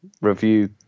review